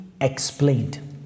explained